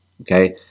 Okay